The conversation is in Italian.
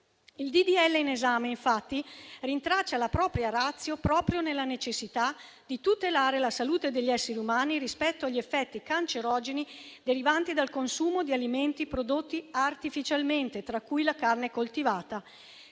legge in esame, infatti, rintraccia la propria *ratio* esattamente nella necessità di tutelare la salute degli esseri umani rispetto agli effetti cancerogeni derivanti dal consumo di alimenti prodotti artificialmente, tra cui la carne coltivata.